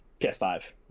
ps5